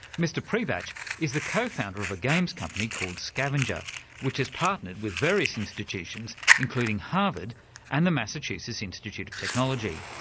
mr priebatsch is the co-founder of a games company called scvngr and which has partnered with various institutions including harvard and the massachusetts institute of technology.